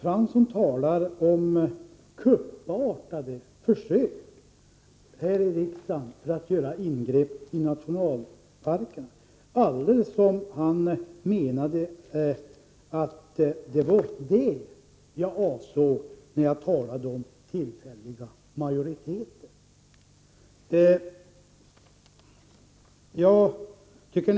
Han talar om kuppartade försök här i riksdagen för att göra ingrepp i nationalparkerna, alldeles som om han menade att det var det jag avsåg när jag talade om tillfälliga majoriteter.